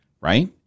right